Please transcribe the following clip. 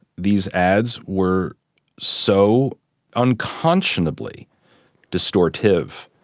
these ads were so unconscionably distortive.